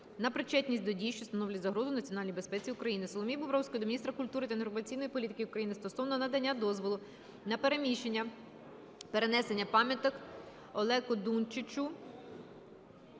на причетність до дій, що становлять загрозу національній безпеці України. Соломії Бобровської до міністра культури та інформаційної політики України стосовно надання дозволу на переміщення (перенесення) пам'яток Олеко Дундичу